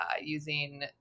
using